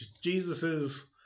Jesus's